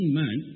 man